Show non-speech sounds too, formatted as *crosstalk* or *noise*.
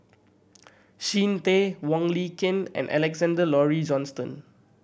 *unintelligible* Tay Wong Lin Ken and Alexander Laurie Johnston